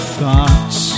thoughts